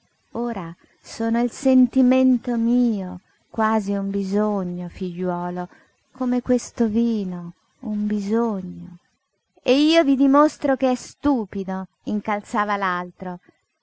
ora sono il sentimento mio quasi un bisogno figliuolo come questo vino un bisogno e io vi dimostro che è stupido incalzava